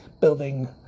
building